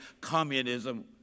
communism